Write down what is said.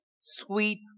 sweet